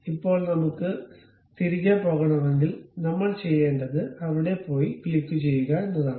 ഇപ്പോൾ നമുക്ക് തിരികെ പോകണമെങ്കിൽ നമ്മൾ ചെയ്യേണ്ടത് അവിടെ പോയി ക്ലിക്കുചെയ്യുക എന്നതാണ്